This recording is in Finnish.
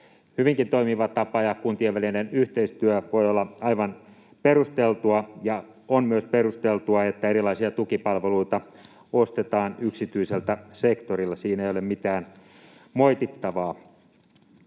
hyvinkin toimiva tapa, ja kuntien välinen yhteistyö voi olla aivan perusteltua. On myös perusteltua, että erilaisia tukipalveluita ostetaan yksityiseltä sektorilta, siinä ei ole mitään moitittavaa.